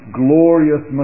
glorious